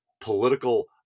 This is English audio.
political